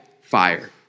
fire